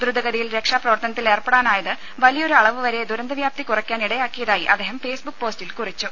ദ്രുതഗതിയിൽ രക്ഷാ പ്രവർത്തനത്തിൽ ഏർപ്പെടാനായത് വലിയൊരു അളവ് വരെ ദുരന്ത വ്യാപ്തി കുറയ്ക്കാൻ ഇടയാക്കിയതായി അദ്ദേഹം ഫേസ്ബുക്ക് പോസ്റ്റിൽ കുറിച്ചു